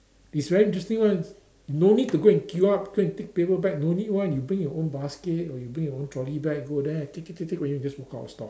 it's very interesting one no need to go and queue up go and take paper bag no need one you bring your own basket or you bring your own trolley bag go there take take take take then you walk out of store